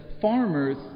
Farmers